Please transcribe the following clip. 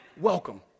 Welcome